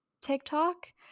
TikTok